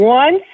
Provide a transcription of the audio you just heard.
one